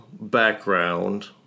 background